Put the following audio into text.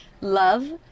love